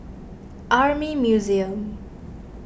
Army Museum